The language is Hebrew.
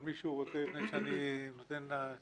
מישהו עוד רוצה לפני שאני נותן ל-?